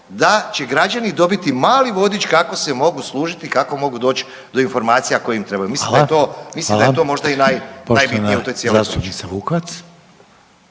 da će građani dobiti mali vodič kako se mogu služiti i kako mogu doć do informacija koje im trebaju … /Upadica Reiner: Hvala./… Mislim da je to možda i najbitnije u toj cijeloj priči.